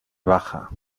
baja